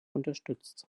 unterstützt